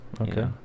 okay